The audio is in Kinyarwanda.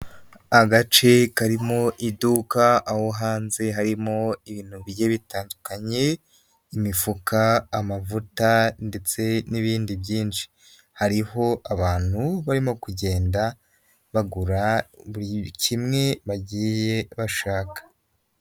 Agace karimo iduka aho hanze harimo ibintu bigiye bitandukanye imifuka, amavuta ndetse n'ibindi byinshi. Hariho abantu barimo kugenda bagura buri kimwe bagiye bashaka.